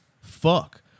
fuck